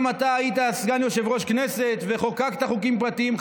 גם אתה היית סגן יושב-ראש הכנסת וחוקקת חוקים פרטיים,